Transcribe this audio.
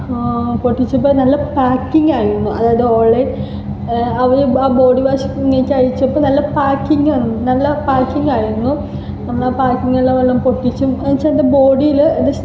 പൊട്ടിച്ചപ്പോൾ നല്ല പാക്കിംഗ് ആയിരുന്നു അതായത് ഓണ്ലൈന് അവൾ ആ ബോഡി വാഷ് നീക്കി അഴിച്ചപ്പോൾ നല്ല പാക്കിംഗ് നല്ല പാക്കിംഗ് ആയിരുന്നു നമ്മൾ ആ പാക്കിംഗ് എല്ലാം പൊട്ടിച്ചു എന്നച്ചാൽ എന്റെ ബോഡിയിൽ